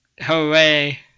Hooray